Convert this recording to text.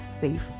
safe